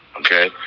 Okay